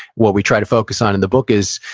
what we try to focus on in the book is,